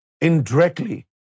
indirectly